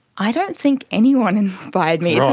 i don't think anyone inspired me.